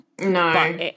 No